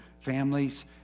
families